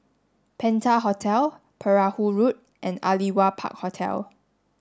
Penta Hotel Perahu Road and Aliwal Park Hotel